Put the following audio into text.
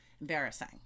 Embarrassing